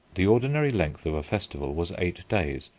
the ordinary length of a festival was eight days,